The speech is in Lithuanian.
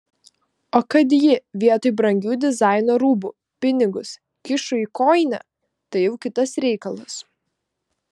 o kad ji vietoj brangių dizaino rūbų pinigus kišo į kojinę tai jau kitas reikalas